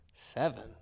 Seven